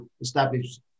established